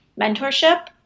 mentorship